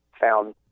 found